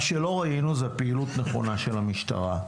מה שלא ראינו זאת פעילות נכונה של המשטרה.